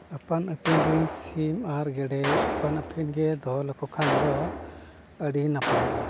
ᱟᱯᱟᱱ ᱟᱹᱯᱤᱱ ᱨᱮᱱ ᱥᱤᱢ ᱟᱨ ᱜᱮᱰᱮ ᱟᱯᱟᱱ ᱟᱹᱯᱤᱱ ᱜᱮ ᱫᱚᱦᱚ ᱞᱮᱠᱚ ᱠᱷᱟᱱ ᱫᱚ ᱟᱹᱰᱤ ᱱᱟᱯᱟᱭᱚᱜᱼᱟ